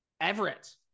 Everett